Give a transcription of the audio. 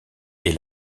est